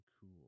cool